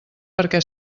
perquè